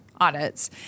audits